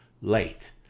late